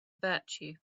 virtue